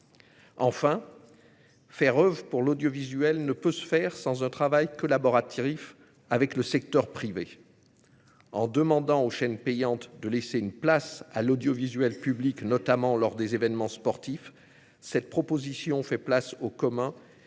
Enfin, faire oeuvre pour l'audiovisuel ne peut se faire sans un travail collaboratif avec le secteur privé. En demandant aux chaînes payantes de laisser une place à l'audiovisuel public, notamment lors des événements sportifs, cette proposition fait place au commun